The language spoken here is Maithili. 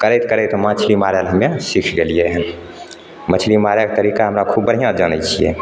करैत करैत माछली मारै लए हमे सीख गेलिए हन मछली मारयके तरीका हमरा खूब बढ़िऑं जानै छियै